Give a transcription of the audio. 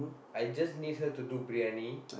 I just need her to do briyani